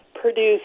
produce